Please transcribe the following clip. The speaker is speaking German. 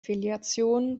filiation